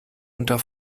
unter